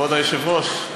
כבוד היושב-ראש,